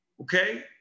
Okay